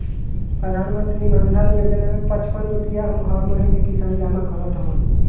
प्रधानमंत्री मानधन योजना में पचपन रुपिया हर महिना किसान जमा करत हवन